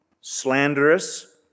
slanderous